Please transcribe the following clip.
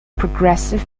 progressive